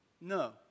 No